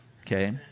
okay